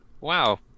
Wow